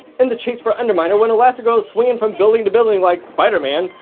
in the chase for underminer, when elastigirl is swinging from building to building like spider-man,